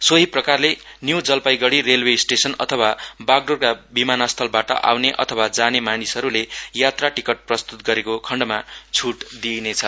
सोही प्रकारले new Jalpaiguri railway station अथवा बागडोगरा विमानस्थलबाट आउने अथवा जाने मानिसहरूले यात्रा टिकट प्रस्तुत गरेको खण्डमा छुट दिइनेछ